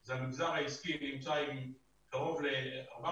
זה המגזר העסקי שנמצא עם קרוב ל-400